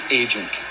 agent